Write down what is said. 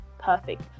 perfect